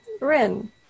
Rin